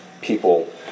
people